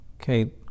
Okay